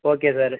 okay sir